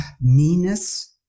meanness